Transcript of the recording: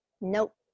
Nope